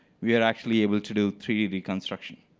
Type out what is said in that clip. we are actually able to do three d construction.